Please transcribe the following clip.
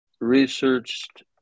researched